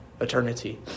eternity